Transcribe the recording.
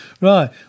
Right